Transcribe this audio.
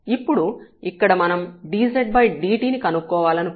ఇప్పుడు ఇక్కడ మనం dzdt ని కనుక్కోవాలనుకుంటున్నాము